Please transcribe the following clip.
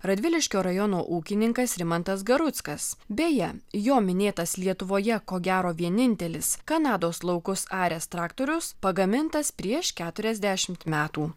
radviliškio rajono ūkininkas rimantas garuckas beje jo minėtas lietuvoje ko gero vienintelis kanados laukus aręs traktorius pagamintas prieš keturiasdešimt metų